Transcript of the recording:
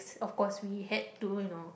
of course we had to you know